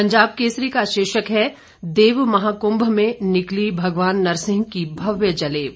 पंजाब केसरी का शीर्षक है देव महाकुंभ में निकली भगवान नरसिंह की भव्य जलेब